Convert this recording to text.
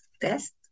test